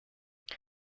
she